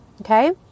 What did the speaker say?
Okay